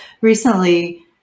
recently